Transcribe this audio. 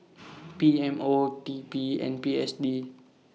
P M O T P and P S D